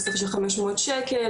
בסכום של 500 ₪.